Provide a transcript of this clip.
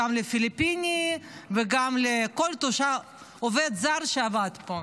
גם לתושבי הפיליפינים וגם לכל עובד זר שעבד פה.